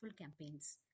campaigns